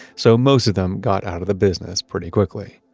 so most of them got out of the business pretty quickly